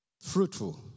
fruitful